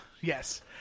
Yes